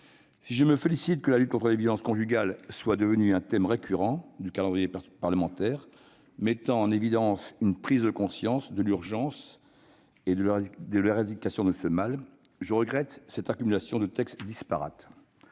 Si je me félicite de ce que la lutte contre les violences conjugales soit devenue un thème récurrent du calendrier parlementaire, mettant ainsi en évidence une prise de conscience de l'urgence d'éradiquer ce mal, je regrette cette accumulation de textes disparates.